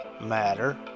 matter